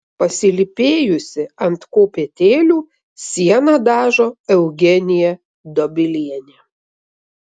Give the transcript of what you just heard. pasilypėjusi ant kopėtėlių sieną dažo eugenija dobilienė